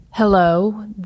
Hello